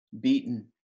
beaten